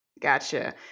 Gotcha